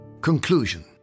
Conclusion